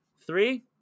Three